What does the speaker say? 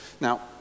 Now